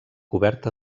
cobert